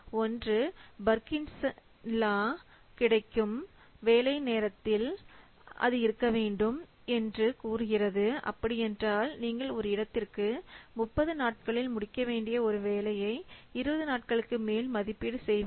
Parkinson law கிடைக்கும் எல்லா நேரத்திலும் வேலை அது இருக்க வேண்டும் என்று கூறுகிறது அப்படி என்றால் நீங்கள் ஒரு இடத்திற்கு 30 நாட்களில் முடிக்க வேண்டிய ஒரு வேலையை 20 நாட்களுக்கு மேல் மதிப்பீடு செய்வது